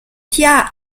tja